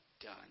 done